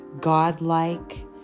godlike